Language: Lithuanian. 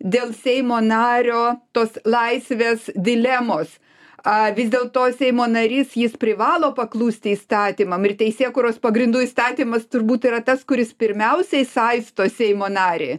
dėl seimo nario tos laisvės dilemos a vis dėlto seimo narys jis privalo paklusti įstatymam ir teisėkūros pagrindų įstatymas turbūt yra tas kuris pirmiausiai saisto seimo narį